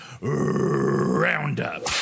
Roundup